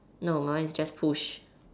no my one is just push